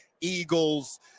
Eagles